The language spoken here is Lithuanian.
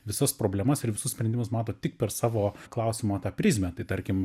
visas problemas ir visus sprendimus mato tik per savo klausimo prizmę tai tarkim